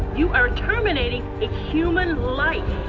you are terminating a human life.